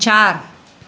चारि